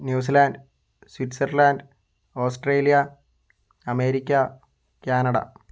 news land Switzerland Australia America Canada